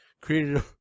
created